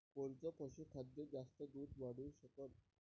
कोनचं पशुखाद्य जास्त दुध वाढवू शकन?